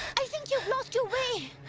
i think you've lost your way.